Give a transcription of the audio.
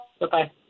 Bye-bye